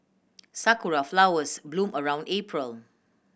sakura flowers bloom around April